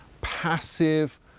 passive